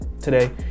today